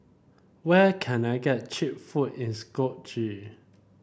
where can I get cheap food in Skopje